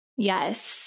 Yes